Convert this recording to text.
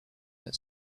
that